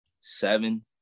seven